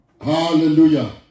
Hallelujah